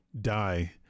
die